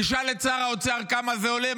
תשאל את שר האוצר כמה זה עולה,